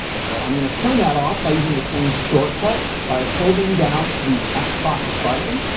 so i'm going to turn that off by using the same shortcut, by holding down the xbox xbox button